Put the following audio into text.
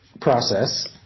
process